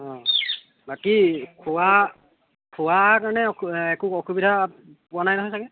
অঁ বাকী খোৱা খোৱা তাৰমানে একো অসুবিধা পোৱা নাই নহয় চাগে